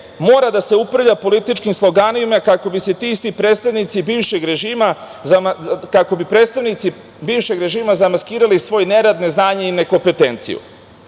mora da se uprlja političkim sloganima kako bi se ti isti predstavnici bivšeg režima zamaskirali svoj nerad, neznanje i nekompetenciju. Rešiti